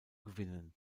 gewinnen